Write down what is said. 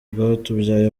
rwatubyaye